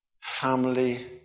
family